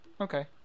Okay